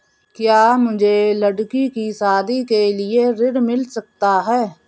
क्या मुझे लडकी की शादी के लिए ऋण मिल सकता है?